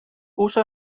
also